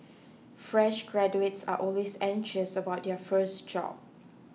fresh graduates are always anxious about their first job